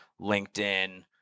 LinkedIn